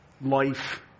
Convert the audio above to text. life